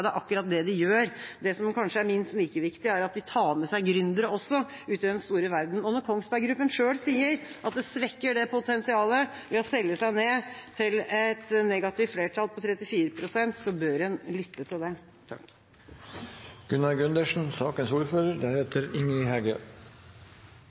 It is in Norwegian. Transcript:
det er akkurat det de gjør. Det som kanskje er minst like viktig, er at de tar med seg gründere også ut i den store verden. Og når Kongsberg Gruppen selv sier at det svekker det potensialet ved å selge seg ned til et negativt flertall på 34 pst., bør en lytte til det.